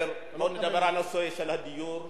אני אומר לו, חבל שהיושבת-ראש שלך לא מעירה לך.